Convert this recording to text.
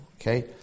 Okay